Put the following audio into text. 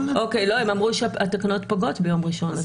הם אמרו שהתקנות פוקעות ביום ראשון.